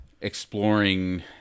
exploring